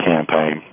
Campaign